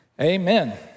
Amen